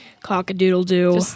Cock-a-doodle-doo